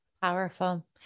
Powerful